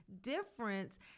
difference